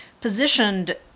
positioned